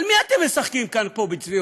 על מי אתם משחקים פה בצביעות?